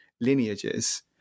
lineages